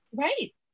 Right